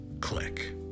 Click